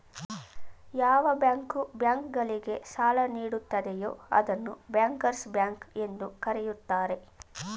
ಯಾವ bank bank ಗಳಿಗೆ ಸಾಲ ನೀಡುತ್ತದೆಯೂ ಅದನ್ನು ಬ್ಯಾಂಕರ್ಸ್ ಬ್ಯಾಂಕ್ ಎಂದು ಕರೆಯುತ್ತಾರೆ